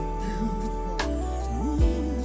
beautiful